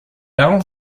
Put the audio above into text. bell